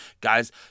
Guys